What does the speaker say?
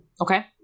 Okay